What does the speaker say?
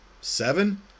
seven